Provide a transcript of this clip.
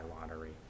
lottery